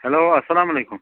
hello اَسلامُ علیکُم